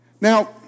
Now